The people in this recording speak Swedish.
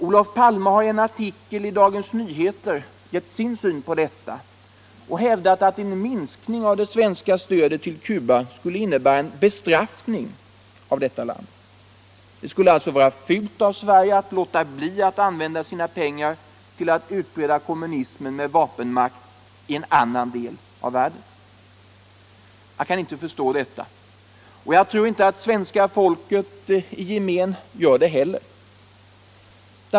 Olof Palme har i en artikel i Dagens Nyheter gett sin syn på detta och hävdat att en minskning av det svenska stödet till Cuba skulle innebära en ”bestraffning” av detta land. Det ” skulle alltså vara fult av Sverige att låta bli att använda sina pengar till att utbreda kommunismen med vapenmakt i en annan del av världen. Jag kan inte förstå detta, och jag tror inte att svenska folket i gemen gör det heller.